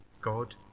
God